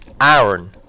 Iron